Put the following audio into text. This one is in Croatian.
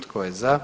Tko je za?